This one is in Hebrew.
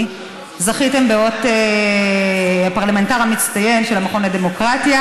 זכיתם באות הפרלמנטר המצטיין של המכון לדמוקרטיה.